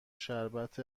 شربت